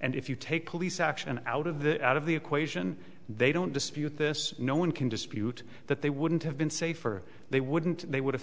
and if you take police action out of the out of the equation they don't dispute this no one can dispute that they wouldn't have been safe or they wouldn't they would have